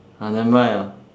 ah never mind ah